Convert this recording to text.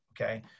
Okay